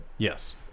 Yes